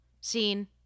scene